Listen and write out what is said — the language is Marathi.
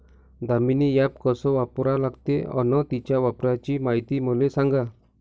दामीनी ॲप कस वापरा लागते? अन त्याच्या वापराची मायती मले सांगा